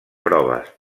proves